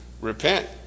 repent